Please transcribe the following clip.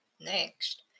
Next